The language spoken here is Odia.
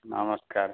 ନମସ୍କାର